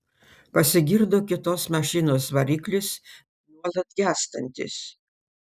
pasigirdo kitos mašinos variklis nuolat gęstantis